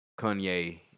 Kanye